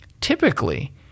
Typically